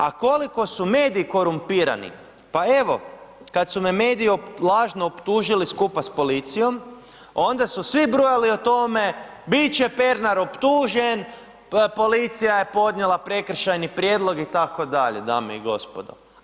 A koliko su mediji korumpirani, pa evo kad su me mediji lažno optužili skupa s policijom, onda su svi brujali o tome bit će Pernar optužen, policija je podnijela prekršajni prijedlog itd. dame i gospodo.